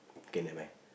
okay never mind